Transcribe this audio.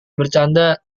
bercanda